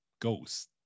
ghost